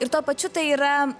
ir tuo pačiu tai yra